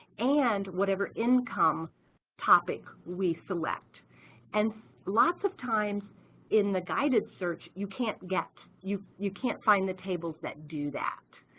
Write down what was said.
and whatever income topic we select and lots of times in the guided search you can't get you you can't find the tables that do that